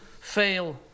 fail